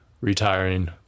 retiring